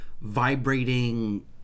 vibrating